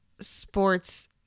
sports